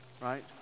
right